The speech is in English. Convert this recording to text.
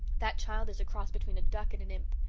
that child is a cross between a duck and an imp.